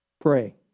Pray